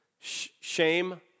shame